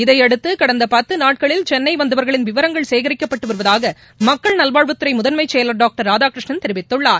இதையடுத்து கடந்த பத்து நாட்களில் சென்னை வந்தவர்களின் விவரங்கள் சேகரிக்கப்பட்டு வருவதாக மக்கள் நல்வாழ்வுத்துறை முதன்மை செயலர் டாக்டர் ராதாகிருஷ்ணன் தெிவித்துள்ளார்